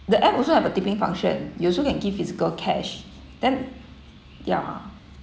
the app also have a tipping function you also can give physical cash then ya